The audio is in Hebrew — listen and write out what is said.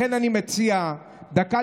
לכן אני מציע דקה,